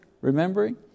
remembering